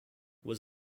was